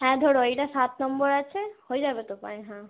হ্যাঁ ধরো এটা সাত নম্বর আছে হয়ে যাবে তো পায়ে হ্যাঁ